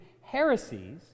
heresies